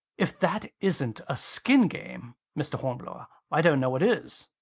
if that isn't a skin game, mr. hornblower, i don't know what is.